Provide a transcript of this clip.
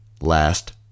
Last